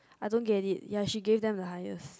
I don't get it ya she gave them the highest